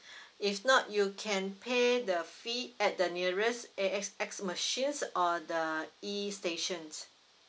if not you can pay the fee at the nearest A_X_S machines or the e stations